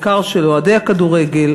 בעיקר של אוהדי הכדורגל,